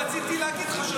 לא רציתי להגיד לך,